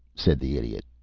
said the idiot.